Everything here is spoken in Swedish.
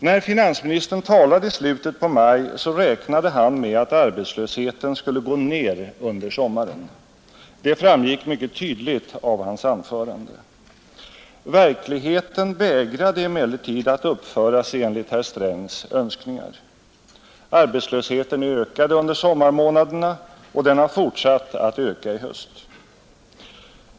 När finansministern talade i slutet på maj så räknade han med att arbetslösheten skulle gå ned under sommaren, Det framgick mycket tydligt av hans anförande. Verkligheten vägrade emellertid att uppföra sig enligt herr Strängs önskningar. Arbetslösheten ökade under sommarmånaderna och den har fortsatt att öka i höst.